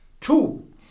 two